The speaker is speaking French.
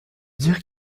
dire